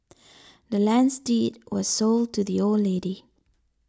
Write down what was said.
the land's deed was sold to the old lady